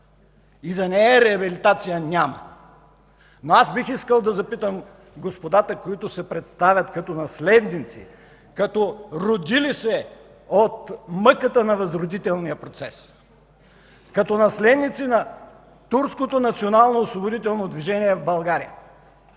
и за нея реабилитация няма. Но аз бих искал да запитам господата, които се представят като наследници, като родили се от мъката на възродителния процес, като наследници на турското национално освободително движение в България.